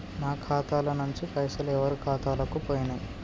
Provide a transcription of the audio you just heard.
నా ఖాతా ల నుంచి పైసలు ఎవరు ఖాతాలకు పోయినయ్?